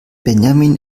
benjamin